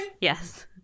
Yes